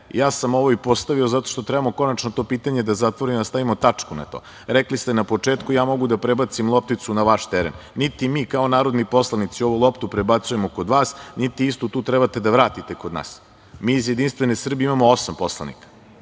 ja sam ovo i postavio zato što trebamo konačno to pitanje da zatvorimo i da stavimo tačku na to. Rekli ste na početku, ja mogu da prebacim lopticu na vaš teren. Niti mi kao narodni poslanici ovu loptu prebacujemo kod vas, niti istu tu trebate da vratite kod nas. Mi iz JS imamo osam poslanika,